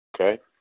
Okay